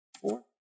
four